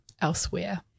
elsewhere